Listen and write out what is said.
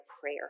prayer